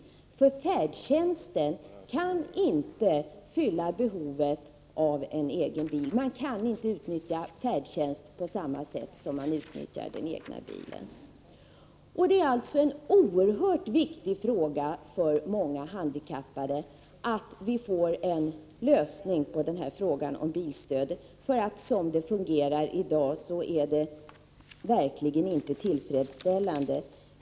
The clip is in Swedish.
Färdtjänsten kan nämligen inte fylla samma behov som kan tillgodoses med en egen bil — man kan inte utnyttja färdtjänsten på samma sätt som man utnyttjar den egna bilen. Det är alltså oerhört viktigt för många handikappade att frågan om bilstöd får en lösning. Som det fungerar i dag är det verkligen inte tillfredsställande.